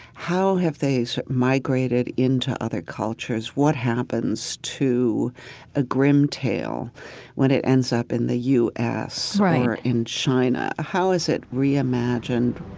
how have they so migrated into other cultures? what happens to a grimm tale when it ends up in the u s. or in china? how is it reimagined?